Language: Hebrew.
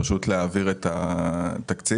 פשוט להעביר את התקציב,